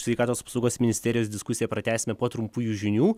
sveikatos apsaugos ministerijos diskusiją pratęsime po trumpųjų žinių